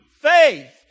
faith